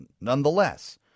nonetheless